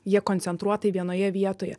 jie koncentruotai vienoje vietoje